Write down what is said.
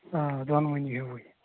دۄنوٕنی ہیُوُے